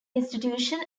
institution